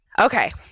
Okay